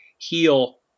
heal